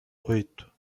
oito